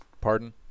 Pardon